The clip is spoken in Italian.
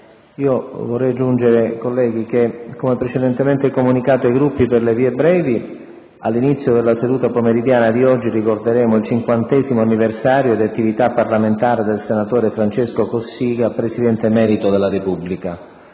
vorrei aggiungere che, come precedentemente comunicato ai Gruppi per le vie brevi, all'inizio della seduta pomeridiana di oggi ricorderemo il cinquantesimo anniversario di attività parlamentare del senatore Francesco Cossiga, presidente emerito della Repubblica.